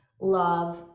love